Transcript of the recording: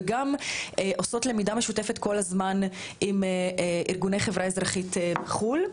וגם עושות למידה משותפת כל הזמן עם ארגוני חברה אזרחית בחו"ל.